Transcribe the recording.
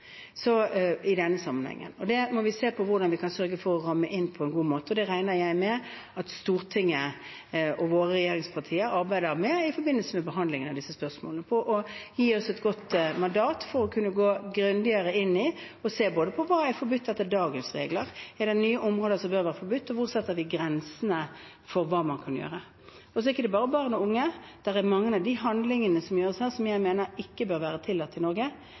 i denne sammenhengen. Det må vi se på hvordan vi kan sørge for å ramme inn på en god måte. Det regner jeg med at Stortinget og våre regjeringspartier arbeider med i forbindelse med behandlingen av disse spørsmålene, for å gi oss et godt mandat for å kunne gå grundigere inn i og se på både hva som er forbudt etter dagens regler, om det er nye områder som bør være forbudt, og hvor vi setter grensene for hva man kan gjøre. Det gjelder ikke bare barn og unge, det er mange av de handlingene som gjøres her, som jeg mener ikke bør være tillatt i Norge,